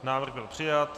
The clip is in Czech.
Návrh byl přijat.